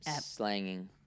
slanging